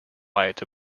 light